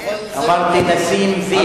אמרתי: נָסים דִיבּ.